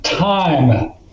Time